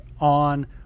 on